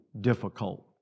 difficult